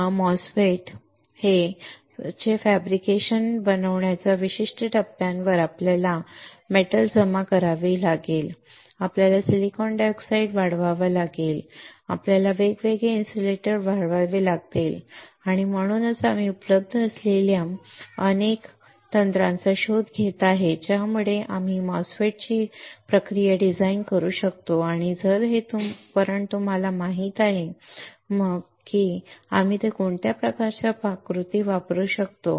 कारण MOSFET चे fabrication बनवण्याच्या विशिष्ट टप्प्यावर आपल्याला धातू जमा करावी लागेल आपल्याला सिलिकॉन डायऑक्साइड वाढवावे लागेल आपल्याला वेगवेगळे इन्सुलेटर वाढवावे लागतील आणि म्हणूनच आम्ही उपलब्ध असलेल्या अनेक तंत्रांचा शोध घेत आहोत ज्यामुळे आम्ही MOSFET साठी प्रक्रिया डिझाइन करू शकतो आणि जर तुम्हाला हे उपकरण माहित आहे मग आम्हाला माहित आहे की आम्ही ते कोणत्या प्रकारच्या पाककृती वापरू शकतो